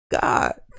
God